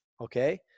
okay